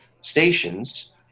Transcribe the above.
stations